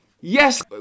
Yes